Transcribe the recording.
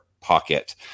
pocket